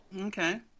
Okay